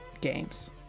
games